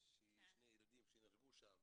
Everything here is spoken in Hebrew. של שני ילדים שנהרגו שם.